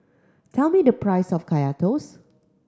tell me the price of Kaya Toast